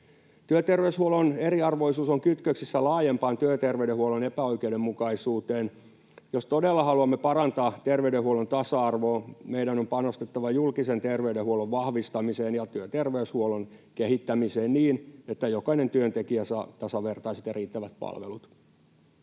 Työterveyshuollon eriarvoisuus on kytköksissä laajempaan työterveydenhuollon epäoikeudenmukaisuuteen. Jos todella haluamme parantaa terveydenhuollon tasa-arvoa, meidän on panostettava julkisen terveydenhuollon vahvistamiseen ja työterveyshuollon kehittämiseen, niin että jokainen työntekijä saa tasavertaiset ja riittävät palvelut.